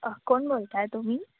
कोण बोलत आहे तुम्ही